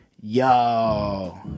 yo